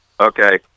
Okay